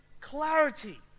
clarity